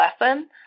lesson